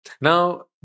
Now